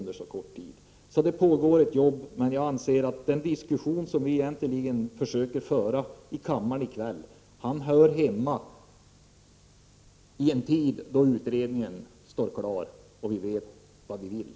Det pågår alltså ett utredningsarbete, men jag anser att den diskussion vi försöker föra i kammaren i kväll hör hemma i en tid då utredningen står klar och vi vet vad vi vill.